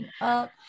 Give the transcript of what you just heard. up